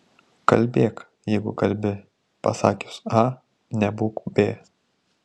kalbėk jeigu kalbi pasakius a nebūk b